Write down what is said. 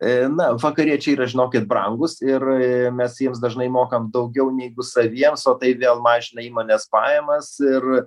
e na vakariečiai yra žinokit brangūs ir mes jiems dažnai mokam daugiau nei saviems o tai vėl mažina įmonės pajamas ir